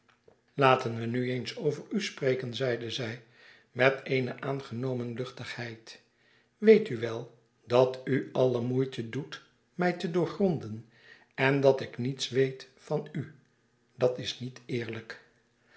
laten we nu eens over u spreken zeide zij met eene aangenomen luchtigheid weet u wel dat u alle moeite doet mij te doorgronden en dat ik niets weet van u dat is niet eerlijk